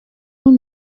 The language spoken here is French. nous